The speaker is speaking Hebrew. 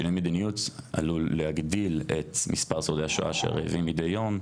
שינוי מדיניות עלול להגדיל את מספר שורדי השואה שרעבים מידי יום,